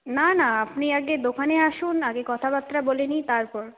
না না আপনি আগে দোকানে আসুন আগে কথাবার্তা বলে নিই তারপর